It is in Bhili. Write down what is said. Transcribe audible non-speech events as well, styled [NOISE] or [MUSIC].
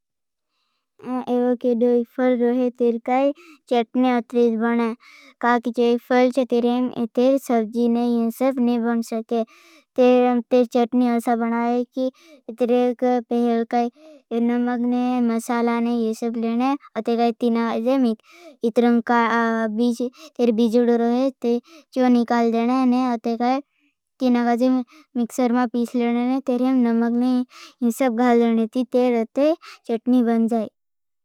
मैं एवा केड़ो एक फ़ल रोहे तेर काई चटनी अतरेज बनाई। काकि चो एक फ़ल है। तेरें तेर सबजी ने यह सब नहीं बन सके। तेरें तेर चटनी असा बनाई की तेर एक पहल [HESITATION] काई नमग ने मसाला ने यह सब लेनाई। अतरे गाए तीना गाए जैंग इतरं का बीज़ रोहे तेर चो निकाल देनाई। अतरे गाए तीना गाए जैंग मिक्सर मां पीछ लेनाई। तेरें नमग ने यह सब गाल देनाई। तेर अतरे चटनी बन जाई।